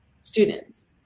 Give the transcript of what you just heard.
students